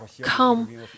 come